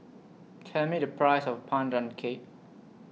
Tell Me The Price of Pandan Cake